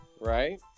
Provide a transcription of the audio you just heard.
right